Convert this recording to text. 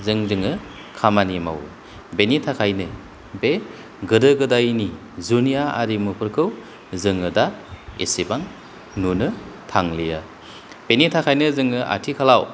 जों जोङो खामानि मावो बेनि थाखायनो बे गोदो गोदायनि जुनिया आरिमुफोरखौ जोङो दा एसेबां नुनो थांलिया बेनि थाखायनो जोङो आथिखालाव